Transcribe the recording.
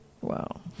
Wow